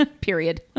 Period